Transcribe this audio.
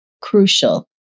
crucial